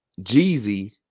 Jeezy